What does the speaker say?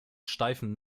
steifen